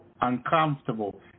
uncomfortable